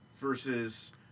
versus